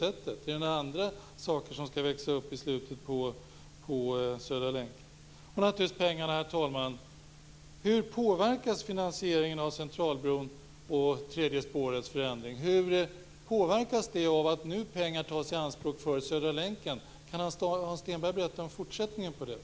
Är det några andra saker som skall växa upp i slutet på Södra länken? När det gäller pengarna, hur påverkas finansieringen av Centralbron och tredje spårets förändring av att pengar nu tas i anspråk för Södra länken? Kan Hans Stenberg berätta litet om fortsättningen på detta?